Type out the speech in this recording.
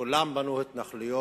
כולן בנו התנחלויות,